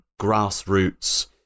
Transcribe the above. grassroots